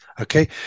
okay